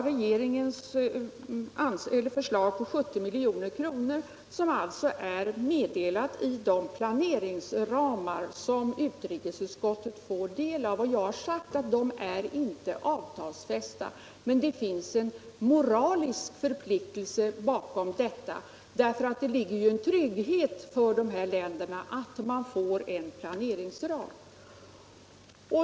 Regeringens förslag på 70 milj.kr. är meddelat i de planceringsramar som utrikesutskouet får del av. De är inte avtalsfästa — det har jag sagt. Men det finns en moralisk förpliktelse bakom detta; det ligger ju en trygghet för dessa länder i att de får en planeringsram.